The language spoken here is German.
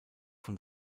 von